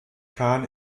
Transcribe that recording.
kahn